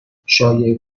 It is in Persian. شایعه